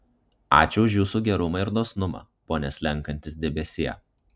ačiū už jūsų gerumą ir dosnumą pone slenkantis debesie